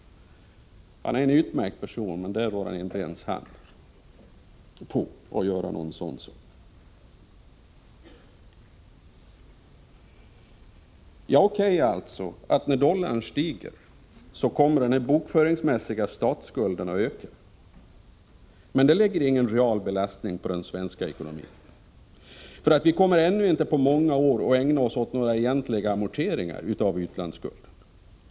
Han är en utmärkt person, men över den saken rår inte ens han. När dollarn stiger kommer den bokföringsmässiga statsskulden att öka, men detta innebär ingen real belastning på den svenska ekonomin. Vi kommer under många år framöver inte att göra några egentliga amorteringar av utlandsskulden.